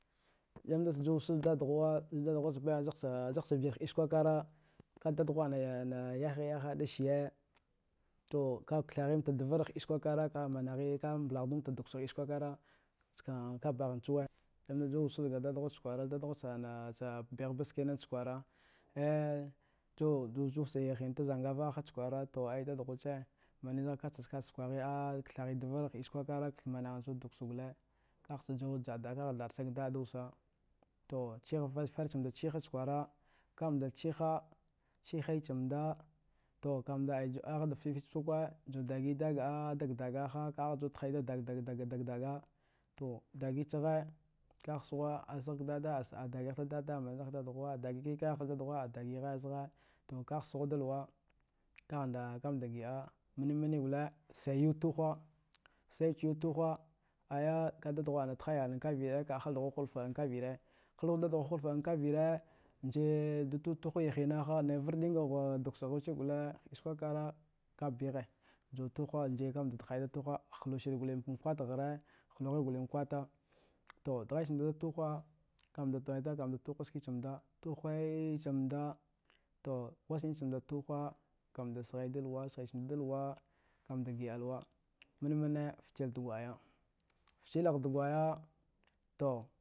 Zaghe na ju di wabca ze dada hwu sihiya zugwaha, zbe ci vjne hiskire ka dadawa yahayaha da siye to ka ktha ya nta davre hiskwera, ka mbalduwe bigha dawassa hiskarkar nicka, ka bhancuwe cewa ga dada ghu na cka kwara a bigha ckina zda kwara hee to juwa fte hina zagara ha ze dadahu ce mne ka ci skwaghaya kthagha devre hdiskw kra kra da mana duwassa gwal ka tse juwa dallasiga da wassa to chikwe otsenda chigha na chigha chigha tse nda o aya da fici fcu ga nda dagha ka nda dagaya ga diga dagi daga daga, daga, dagi chi gha suha za dada dighe iska doda, a dagayaka za dadahu dagiha zha. to sihi da luwa ka kanda giɗa mni gwal a siyi yuwe tugha siya ci unwe tugha aya ka dughwa ha tihaya, ganda hal ghulfeda ana kavirr dada da hal duwa hulfida ana kavire se da ju tugha wude hina kha. Naya fridiga ga dukssa ci gwal hiskra lara ka bigha ju tugha ka nda ju tugha, hu sire fka daghahero gwal kwata, to digha cinda da tugha kanda ze dadi tugha ske cinda tugha ci nda ti wasine nda tugha, ka nda sihi da luwa, sihi cinda da luwa, ka nda gida luwa mni mni firila dugwaya fijila gha dhgwaya to